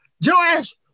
Joash